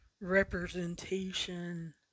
representation